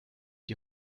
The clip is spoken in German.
die